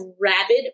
rabid